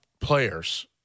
players